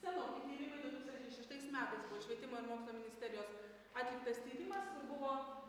senokai tai ir yra du tūkstančiai šeštais metais buvo švietimo ir mokslo ministerijos atliktas tyrimas kur buvo